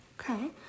Okay